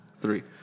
Three